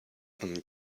and